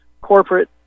corporate